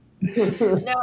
No